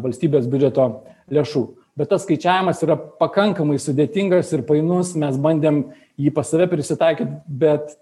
valstybės biudžeto lėšų bet tas skaičiavimas yra pakankamai sudėtingas ir painus mes bandėm jį pas save prisitaikyt bet